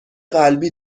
قلبی